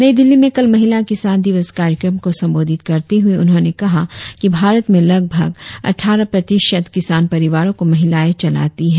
नई दिल्ली में कल महिला किसान दिवस कार्यक्रम को संबोधित करते हुए उन्होंने कहा कि भारत में लगभग अट़ठारह प्रतिशत किसान परिवारों को महिलायें चलाती हैं